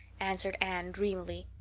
answered anne dreamily.